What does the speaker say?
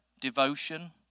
devotion